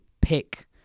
pick